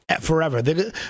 forever